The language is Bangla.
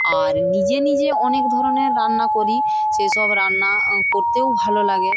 আর নিজে নিজে অনেক ধরনের রান্না করি সেসব রান্না করতেও ভালো লাগে